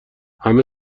همه